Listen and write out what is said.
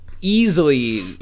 easily